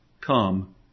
come